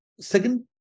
Second